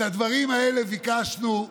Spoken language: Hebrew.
את הדברים האלה ביקשנו.